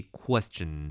question